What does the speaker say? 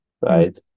Right